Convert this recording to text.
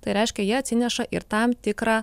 tai reiškia jie atsineša ir tam tikrą